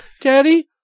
daddy